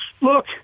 Look